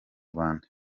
rwanda